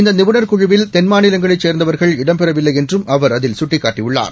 இந்த நிபுணர் குழுவில் தென்மாநிலங்களைச் சேர்ந்தவர்கள் இடம்பெறவில்லை என்றும் அவர் அதில் சுட்டிக்காட்டியுள்ளார்